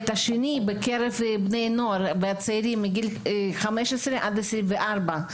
השני בקרב בני נוער וצעירים מגיל 15 עד 24,